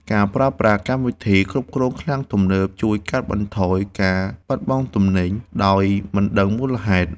ការប្រើប្រាស់កម្មវិធីគ្រប់គ្រងឃ្លាំងទំនើបជួយកាត់បន្ថយការបាត់បង់ទំនិញដោយមិនដឹងមូលហេតុ។